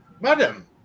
Madam